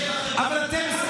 השר מלכיאלי, עזוב, אתה לא רציני.